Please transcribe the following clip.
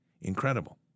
Incredible